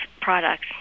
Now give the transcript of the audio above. products